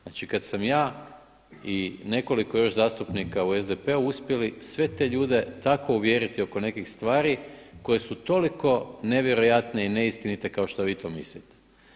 Znači kada sam ja i nekoliko još zastupnika u SDP-u uspjeli sve te ljude tako uvjeriti oko nekih stvari koje su toliko nevjerojatne i neistinite kao što vi to mislite.